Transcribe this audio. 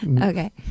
Okay